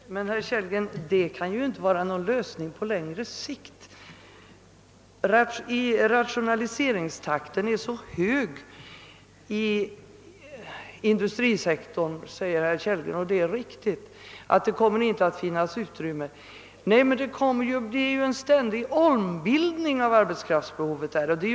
Herr talman! Vad herr Kellgren talade om kan ju inte vara någon lösning på längre sikt. Han sade att rationaliseringstakten är hög inom industrisektorn och att det inte kommer att finnas något utrymme där. Arbetskraftsbehovet förändras emellertid ständigt, och det är härvidlag vi måste göra någonting.